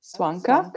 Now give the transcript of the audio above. Swanka